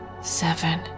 seven